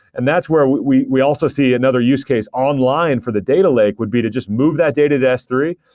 and that's where we we also see another use case online for the data lake, would be to just move that data to s three.